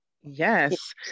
Yes